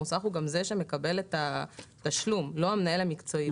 המוסך הוא גם זה שמקבל את התשלום ולא המנהל המקצועי.